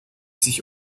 sich